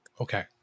okay